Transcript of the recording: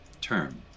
term